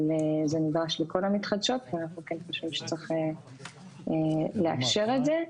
אבל זה נדרש לכל המתחדשות ואנחנו כן חושבים שצריך לאפשר את זה.